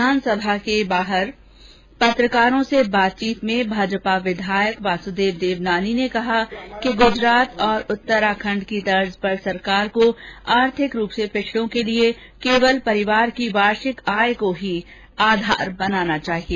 विधानसभा के बाहर पत्रकारों से बातचीत में भाजपा विधायक वासुदेव देवनानी ने कहा कि गुजरात और उत्तराखंड की तर्ज पर सरकार को आर्थिक रूप से पिछड़ों के लिए केवल परिवार की वार्षिक आय को ही आधार बनाना चाहिए